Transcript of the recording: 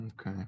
Okay